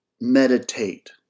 meditate